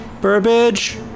Burbage